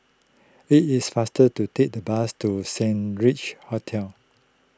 it is faster to take the bus to Saint Regis Hotel